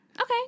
Okay